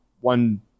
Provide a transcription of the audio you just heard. one